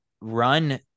run